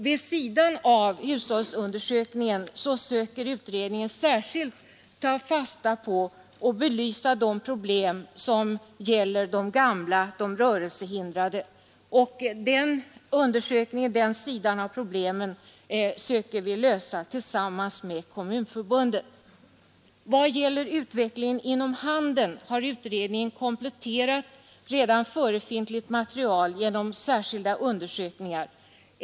Vid sidan av hushållsundersökningen söker utredningen på olika sätt särskilt ta fasta på och belysa de särskilda problem som utvecklingen skapat för bl.a. gamla och rörelsehindrade. Den sidan av problemet försöker vi lösa tillsammans med Kommunförbundet. Vad gäller utvecklingen inom handeln har utredningen kompletterat redan förefintligt material genom särskilda undersökningar.